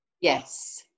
Yes